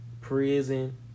Prison